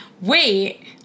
wait